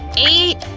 eight,